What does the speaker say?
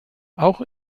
auch